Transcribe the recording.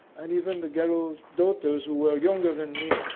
and even the galop daughters, who were younger than me,